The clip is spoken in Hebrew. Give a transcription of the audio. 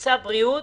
שנושא הבריאות